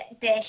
dish